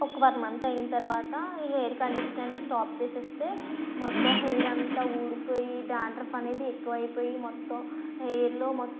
ఒక one month అయిన తర్వాత ఈ హెయిర్ కండిషనర్ని స్టాప్ చేసేస్తే మొత్తం హెయిర్ అంతా ఊడిపోయి డాండ్రఫ్ అనేది ఎక్కువైపోయి మొత్తం హెయిర్లో మొ